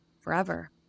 forever